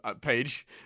page